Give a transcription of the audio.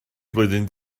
flwyddyn